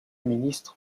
ministre